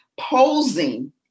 posing